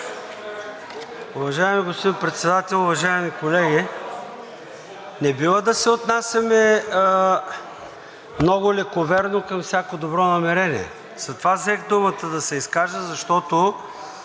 Уважаеми господин Председател, уважаеми колеги! Не бива да се отнасяме много лековерно към всяко добро намерение. Затова взех думата да се изкажа, защото